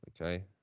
okay